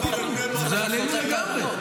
מה פתאום, זה עלינו לגמרי.